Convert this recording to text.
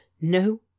No